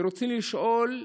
ברצוני לשאול: